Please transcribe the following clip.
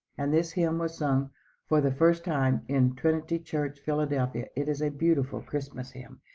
and this hymn was sung for the first time in trinity church, philadelphia. it is a beautiful christmas hymn.